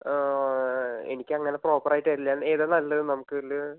എനിക്കങ്ങനെ പ്രോപ്പറായിട്ട് എല്ലാം ഏതാ നല്ലത് നമുക്കിതിൽ